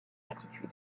altitude